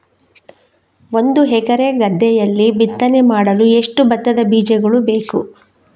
ಒಂದು ಎಕರೆ ಗದ್ದೆಯಲ್ಲಿ ಬಿತ್ತನೆ ಮಾಡಲು ಎಷ್ಟು ಭತ್ತದ ಬೀಜಗಳು ಬೇಕು?